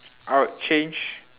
I would change